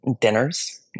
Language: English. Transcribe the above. dinners